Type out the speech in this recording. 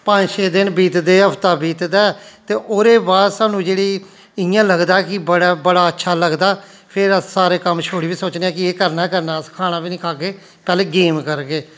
पंज छे दिन बीतदे हफ्ता बीतदा ऐ ते ओहदे बाद सानू जेह्ड़ी इ' लगदा कि बड़ा बड़ा अच्छा लगदा फिर अस सारे कम्म छोड़ी बी सोचने आं कि एह् करना गै करना खाना बी नेईं खाह्गे पैह्ले गेम करगे